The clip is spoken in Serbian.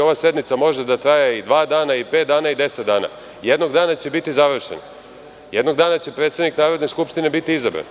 ova sednica može da traje i dva dana i pet dana i 10 dana. Jednog dana će biti završena. Jednog dana će predsednik Narodne skupštine biti izabran,